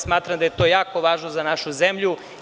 Smatram da je to jako važno za našu zemlju.